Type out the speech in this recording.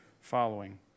following